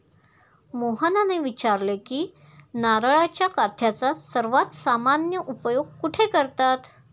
मोहनने विचारले की नारळाच्या काथ्याचा सर्वात सामान्य उपयोग कुठे करतात?